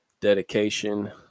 dedication